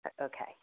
Okay